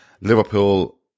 Liverpool